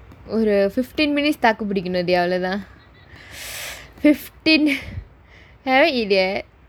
ஒரு:oru fifteen minutes தாக்கு புடிகொனும் இல்லயா அவ்வளவு தான்:thaakku pudikonum illaiyaa avvalavu thaan fifteen I haven't eat yet